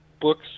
Books